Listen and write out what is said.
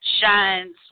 shines